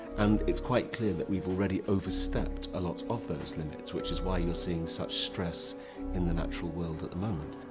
and it's quite clear that we've already overstepped a lot of those limits, which is why you're seeing such stress in the natural world at the moment.